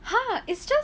!huh! it's just